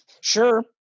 Sure